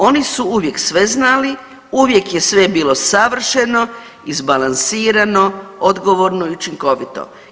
Oni su uvijek sve znali, uvijek je sve bilo savršeno, izbalansirano, odgovorno i učinkovito.